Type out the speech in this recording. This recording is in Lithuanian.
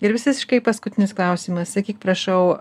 ir visiškai paskutinis klausimas sakyk prašau